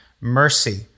mercy